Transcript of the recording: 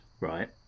Right